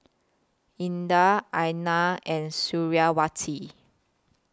Indah Aina and Suriawati